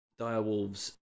direwolves